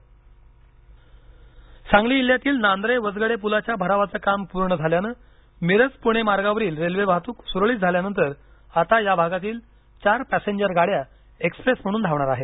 railway Sangli Sangli जिल्ह्यातील नांद्रे वसगडे पूलाच्या भरावाचे काम पूर्ण झाल्यानं मिरज पूणे मार्गावरील रेल्वे वाहतूक सुरळीत झाल्यानंतर आता या भागातील चार पॅसेंजर गाड्या एक्सप्रेस म्हणून धावणार आहेत